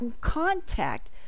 contact